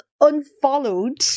unfollowed